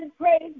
praise